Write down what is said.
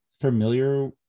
familiar